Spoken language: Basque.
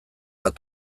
bat